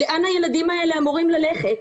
לאן הילדים האלה אמורים ללכת?